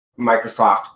Microsoft